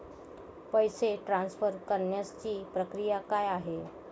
पैसे ट्रान्सफर करण्यासाठीची प्रक्रिया काय आहे?